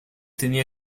tenía